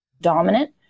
dominant